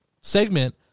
segment